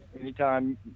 Anytime